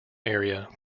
area